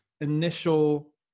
Initial